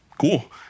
cool